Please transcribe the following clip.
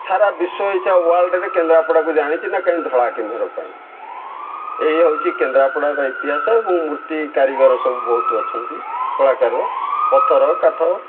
ସାରା ବିଶ୍ୱ ଇଚ୍ଛା ୱାର୍ଲଡ଼ରେ କେନ୍ଦ୍ରାପଡ଼ାକୁ ଜାଣିଛି ନା କାଇଁ ଧଳା କୁମ୍ଭୀର ପାଇଁ ଏହି ହେଉଛି କେନ୍ଦ୍ରାପଡ଼ାର ଇତିହାସ ଏବଂ ମୂର୍ତ୍ତି କାରିଗର ସବୁ ବହୁତ ଅଛନ୍ତି କଳାକାରର ପଥର କାଠ